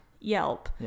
Yelp